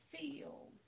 feel